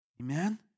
Amen